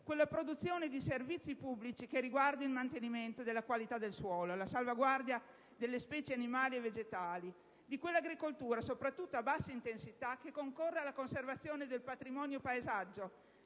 quella produzione di servizi pubblici che riguarda il mantenimento della qualità del suolo e la salvaguardia delle specie animali e vegetali, quell'agricoltura (soprattutto quella a bassa intensità) che concorre alla conservazione del patrimonio paesaggio